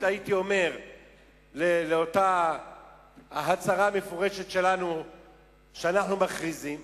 לאותה ההצהרה המפורשת שלנו שאנחנו מכריזים,